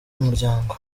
umuryango